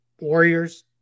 Warriors